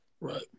Right